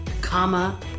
comma